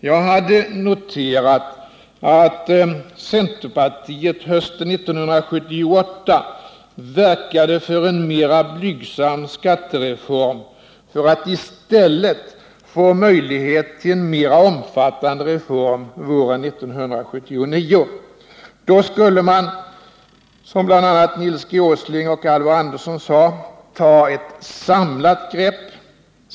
Jag hade noterat att centerpartiet hösten 1978 verkade för en mer blygsam skattereform för att i stället få möjlighet till en mer omfattande reform våren 1979. Då skulle man, som bl.a. Nils G. Åsling och Alvar Andersson sade, ta ett samlat grepp.